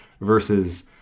versus